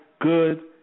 good